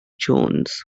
jones